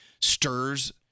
stirs